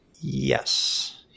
Yes